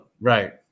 Right